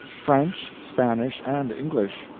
french, spanish and english,